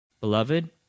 Beloved